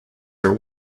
are